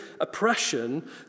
oppression